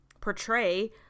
portray